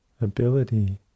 ability